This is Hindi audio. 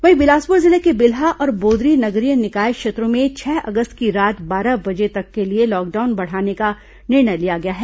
वहीं बिलासपुर जिले के बिल्हा और बोदरी नगरीय निकाय क्षेत्रों में छह अगस्त की रात बारह बजे तक के लिए लॉकडाउन बढ़ाने का निर्णय लिया गया है